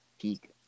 peak